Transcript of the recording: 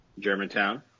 Germantown